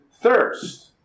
thirst